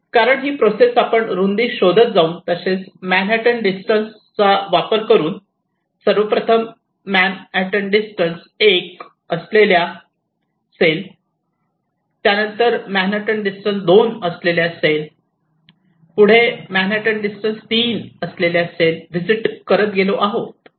कारण ही प्रोसेस आपण रुंदी शोधत जाऊन तसेच मॅनहॅटन डिस्टन्स चा वापर करून सर्वप्रथम मॅनहॅटन डिस्टन्स 1 असलेल्या सेल त्यानंतर मॅनहॅटन डिस्टन्स 2 असलेल्या सेल पुढे मॅनहॅटन डिस्टन्स 3 असलेल्या सेल व्हिजिट करत गेलो आहे